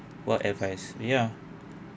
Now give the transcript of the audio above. what advice ya